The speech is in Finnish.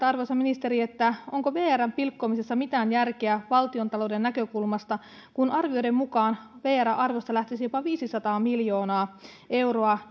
arvoisa ministeri onko vrn pilkkomisessa mitään järkeä valtiontalouden näkökulmasta kun arvioiden mukaan vrn arvosta lähtisi jopa viisisataa miljoonaa euroa